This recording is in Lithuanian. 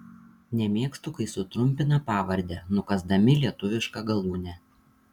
nemėgstu kai sutrumpina pavardę nukąsdami lietuvišką galūnę